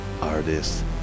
artist